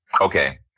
okay